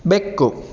ಬೆಕ್ಕು